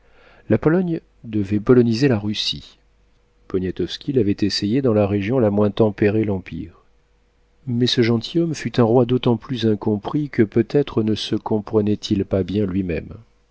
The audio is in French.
la pologne devait poloniser la russie poniatowski l'avait essayé dans la région la moins tempérée de l'empire mais ce gentilhomme fut un roi d'autant plus incompris que peut-être ne se comprenait-il pas bien lui-même